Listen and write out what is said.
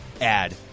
add